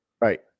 right